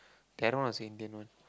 the other one is Indian one